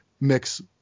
mix